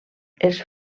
els